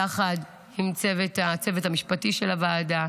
יחד עם הצוות המשפטי של הוועדה.